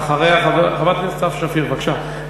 חברת הכנסת סתיו שפיר, בבקשה.